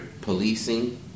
policing